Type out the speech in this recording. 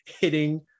hitting